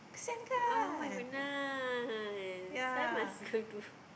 a'ah [oh]-my-goodness why must go to